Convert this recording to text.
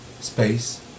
Space